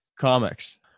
comics